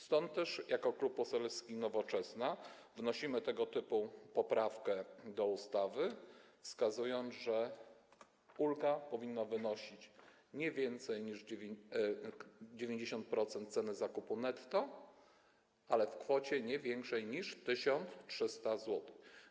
Stąd też jako Klub Poselski Nowoczesna wnosimy tego typu poprawkę do ustawy, wskazując, że ulga powinna wynosić nie więcej niż 90% ceny zakupu netto, ale w kwocie nie większej niż 1300 zł.